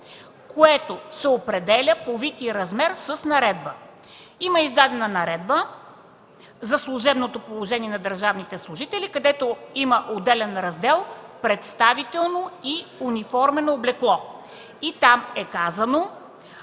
което се определя по вид и размер с наредба. Има издадена наредба за служебното положение на държавните служители, където има отделен раздел – „Представително и униформено облекло”. Там е казано,